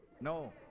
No